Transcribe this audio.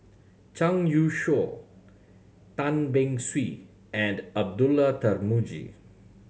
Zhang Youshuo Tan Beng Swee and Abdullah Tarmugi